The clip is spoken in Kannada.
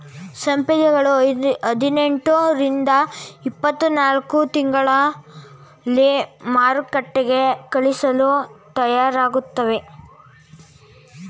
ಸಿಂಪಿಗಳು ಹದಿನೆಂಟು ರಿಂದ ಇಪ್ಪತ್ತನಾಲ್ಕು ತಿಂಗಳಲ್ಲಿ ಮಾರುಕಟ್ಟೆಗೆ ಕಳಿಸಲು ತಯಾರಾಗುತ್ತವೆ